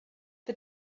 the